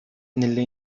nelle